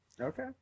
Okay